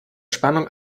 spannung